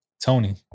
Tony